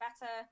better